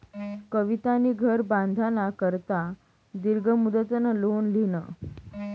कवितानी घर बांधाना करता दीर्घ मुदतनं लोन ल्हिनं